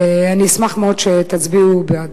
אני אשמח מאוד שתצביעו בעד.